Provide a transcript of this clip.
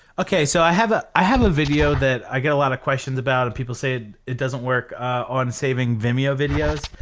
okay, so i have ah i have a video that i get a lot of questions about people say it doesn't work on saving vimeo videos,